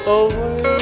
away